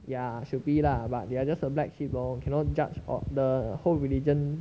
ya should be lah but they are just a black sheep lor cannot judge of the whole religion